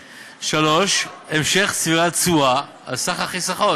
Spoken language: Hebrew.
3. המשך צבירת תשואה על סך החיסכון.